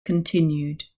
continued